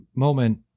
Moment